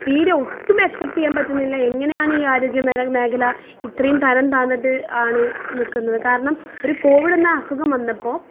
തീരെ ഒട്ടും അക്സെപ്റ്റ് ചെയ്യാൻ പറ്റുന്നില്ല എങ്ങനെയാണ് ഈ ആരോഗ്യ മേനക മേഖല ഇത്രയും തരം താണിട്ട് ആണ് നിക്കുന്നത് കാരണം ഒരു കോവിഡെന്ന അസുഖം വന്നപ്പോൾ